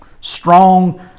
strong